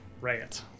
rant